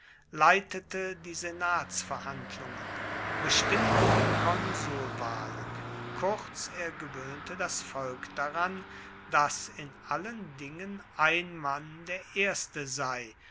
leitete die senatsverhandlungen bestimmte die konsulwahlen kurz er gewöhnte das volk daran daß in allen dingen ein mann der erste sei